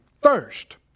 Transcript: thirst